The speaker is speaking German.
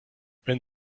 wenn